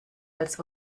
als